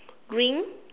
green